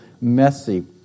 messy